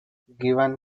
given